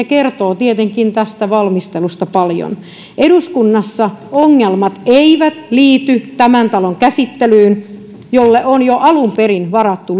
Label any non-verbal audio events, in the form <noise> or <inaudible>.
<unintelligible> kertoo tietenkin tästä valmistelusta paljon eduskunnassa ongelmat eivät liity tämän talon käsittelyyn jolle on jo alun perin varattu <unintelligible>